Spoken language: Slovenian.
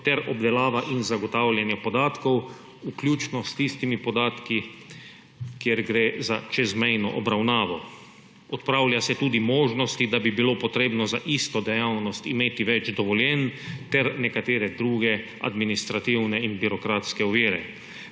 ter obdelava in zagotavljanje podatkov vključno s tistimi podatki, kjer gre za čezmejno obravnavo. Odpravlja se tudi možnosti, da bi bilo potrebno za isto dejavnost imeti več dovoljenj, ter nekatere druge administrativne in birokratske ovire.